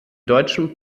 deutschen